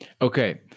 Okay